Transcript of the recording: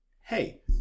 hey